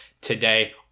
today